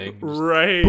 Right